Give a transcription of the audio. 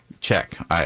Check